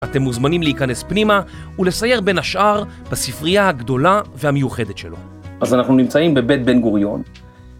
אתם מוזמנים להיכנס פנימה ולסייר בן השאר בספרייה הגדולה והמיוחדת שלו. אז אנחנו נמצאים בבית בן גוריון.